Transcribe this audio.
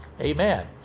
amen